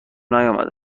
نیامده